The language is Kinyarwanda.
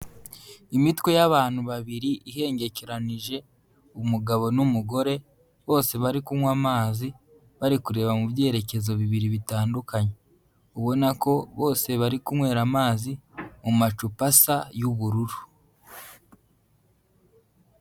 Imitwe y'abantu babiri ihengekeranije, umugabo n'umugore, bose bari kunywa amazi, bari kureba mu byerekezo bibiri bitandukanye. Ubona ko bose bari kunywera amazi mu macupa asa y'ubururu.